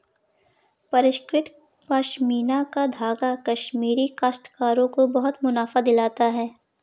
परिष्कृत पशमीना का धागा कश्मीरी काश्तकारों को बहुत मुनाफा दिलवाता है